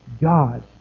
God